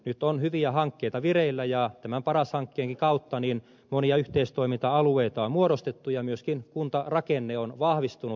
nyt on hyviä hankkeita vireillä ja tämän paras hankkeenkin kautta monia yhteistoiminta alueita on muodostettu ja myöskin kuntarakenne on vahvistunut